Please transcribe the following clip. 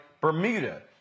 Bermuda